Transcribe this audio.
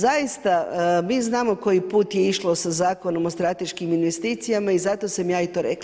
Zaista mi znamo koji put je išlo sa Zakonom o strateškim investicijama i zato sam ja to rekla.